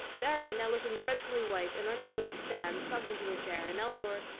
marianne, now looking dreadfully white, and unable to stand, sunk into her chair, and elinor,